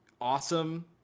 awesome